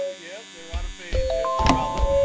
ah yeah your honor phase there's a problem